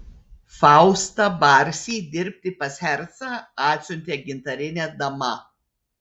faustą barsį dirbti pas hercą atsiuntė gintarinė dama